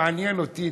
מעניין אותי,